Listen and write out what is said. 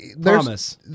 Promise